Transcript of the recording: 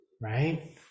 right